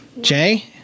Jay